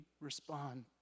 respond